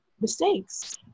mistakes